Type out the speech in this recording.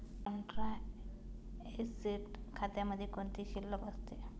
Contra asset खात्यामध्ये कोणती शिल्लक असते?